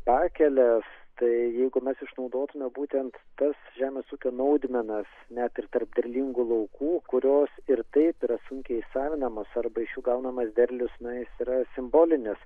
pakeles tai jeigu mes išnaudotume būtent tas žemės ūkio naudmenas net ir tarp derlingų laukų kurios ir taip yra sunkiai įsisavinamos arba iš jų gaunamas derlius nu jis yra simbolinis